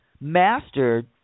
mastered